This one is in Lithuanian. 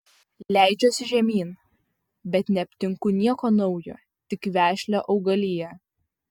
leidžiuosi žemyn bet neaptinku nieko naujo tik vešlią augaliją